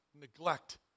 neglect